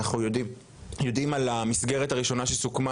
אנחנו יודעים על המסגרת הראשונה שסוכמה,